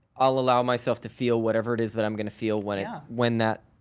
i'll allow myself to feel whatever it is that i'm going to feel when it yeah. when that,